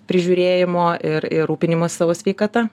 prižiūrėjimo ir ir rūpinimosi savo sveikata